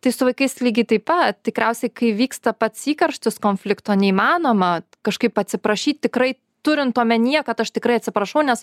tai su vaikais lygiai taip pat tikriausiai kai vyksta pats įkarštis konflikto neįmanoma kažkaip atsiprašyt tikrai turint omenyje kad aš tikrai atsiprašau nes